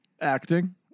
acting